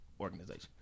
Organization